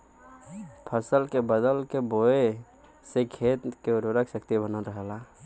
फसल के बदल के बोये से खेत के उर्वरा शक्ति बनल रहला